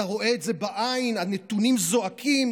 אתה רואה את זה בעין, הנתונים זועקים.